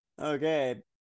Okay